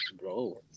Bro